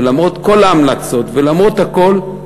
ולמרות כל ההמלצות ולמרות הכול,